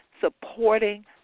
supporting